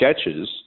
Sketches